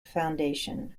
foundation